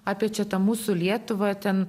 apie čia tą mūsų lietuvą ten